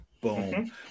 boom